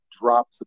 drop